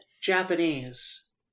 Japanese